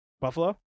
Buffalo